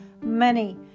money